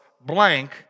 blank